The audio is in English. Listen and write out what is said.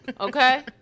Okay